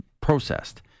processed